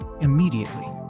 immediately